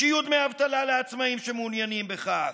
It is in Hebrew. שיהיו דמי אבטלה לעצמאים שמעוניינים בכך,